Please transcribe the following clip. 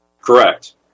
Correct